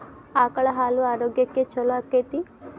ಆಕಳ ಹಾಲು ಆರೋಗ್ಯಕ್ಕೆ ಛಲೋ ಆಕ್ಕೆತಿ?